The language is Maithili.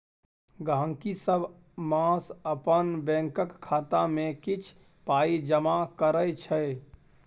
गहिंकी सब मास अपन बैंकक खाता मे किछ पाइ जमा करै छै